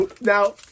now